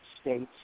states